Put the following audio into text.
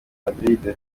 madrid